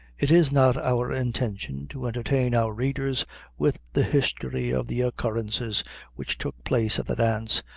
it is not our intention to entertain our readers with the history of the occurrences which took place at the dance,